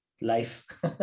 life